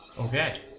Okay